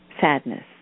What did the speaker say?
sadness